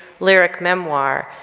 lyric memoir,